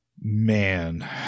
Man